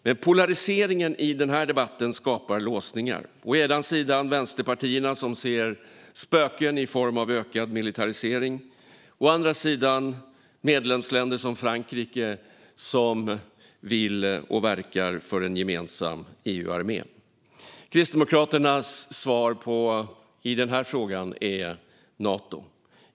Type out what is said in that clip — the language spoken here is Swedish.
Men polariseringen i debatten skapar låsningar - å ena sidan finns vänsterpartierna, som ser spöken i form av ökad militarisering, å andra sidan finns medlemsländer som Frankrike, som verkar för en gemensam EU-armé. Kristdemokraternas svar i den här frågan är Nato.